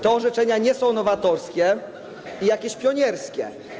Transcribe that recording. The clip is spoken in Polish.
Te orzeczenia nie są nowatorskie i jakieś pionierskie.